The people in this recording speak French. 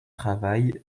travail